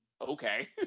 okay